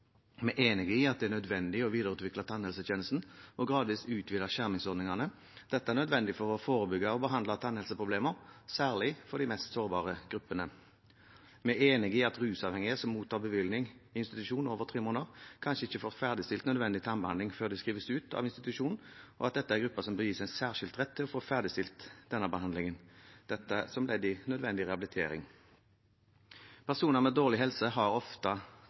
Vi er enig i at det er nødvendig å videreutvikle tannhelsetjenesten og gradvis utvide skjermingsordningene – dette er nødvendig for å forebygge og behandle tannhelseproblemer, særlig for de mest sårbare gruppene. Vi er enig i at rusavhengige som mottar bevilgning i institusjon i over tre måneder, kanskje ikke får ferdigstilt nødvendig tannbehandling før de skrives ut av institusjonen, og at dette er en gruppe som bør gis en særskilt rett til å få ferdigstilt denne behandlingen – dette som ledd i nødvendig rehabilitering. Personer med dårlig helse har